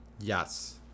Yes